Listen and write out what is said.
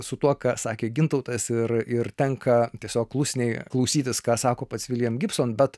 su tuo ką sakė gintautas ir ir tenka tiesiog klusniai klausytis ką sako pats william gibson bet